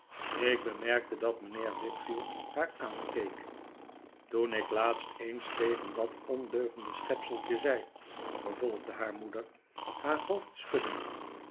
ik bemerkte dat mijnheer wickfield haar aankeek toen ik laatst eens tegen dat ondeugende schepseltje zei vervolgde haar moeder haar hoofd schuddend